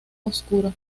oscuro